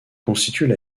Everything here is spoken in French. constituent